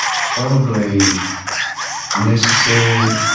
probably necessary,